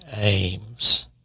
aims